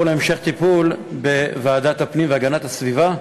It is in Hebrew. להמשך טיפול בוועדת הפנים והגנת הסביבה.